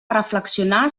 reflexionar